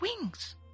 wings